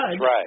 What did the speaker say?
Right